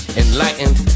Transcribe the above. enlightened